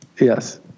Yes